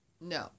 No